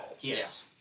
Yes